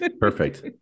Perfect